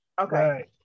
Okay